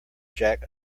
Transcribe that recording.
jack